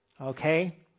Okay